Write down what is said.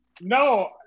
No